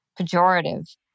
pejorative